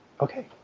okay